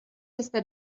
este